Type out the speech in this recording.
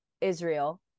Israel